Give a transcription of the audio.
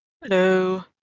Hello